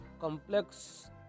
complex